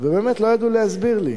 ובאמת לא ידעו להסביר לי.